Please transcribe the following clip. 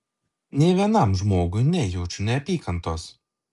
nė vienam žmogui nejaučiu neapykantos